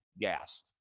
gas